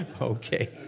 Okay